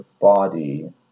body